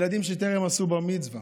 ילדים שטרם עשו בר מצווה,